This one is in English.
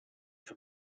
for